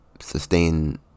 sustain